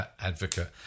advocate